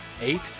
Eight